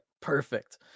perfect